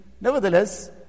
Nevertheless